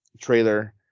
trailer